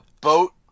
boat